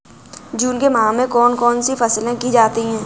जून के माह में कौन कौन सी फसलें की जाती हैं?